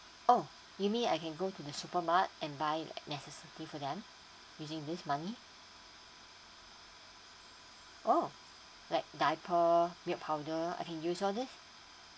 oh you mean I can go to the supermart and buy necessities for them using this money oh like diaper milk powder I can use all these